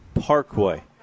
Parkway